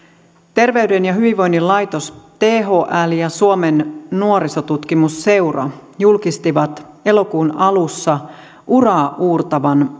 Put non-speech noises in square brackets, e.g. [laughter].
terveyden ja hyvinvoinnin laitos thl ja suomen nuorisotutkimusseura julkistivat elokuun alussa uraauurtavan [unintelligible]